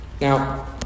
Now